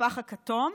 לפח הכתום.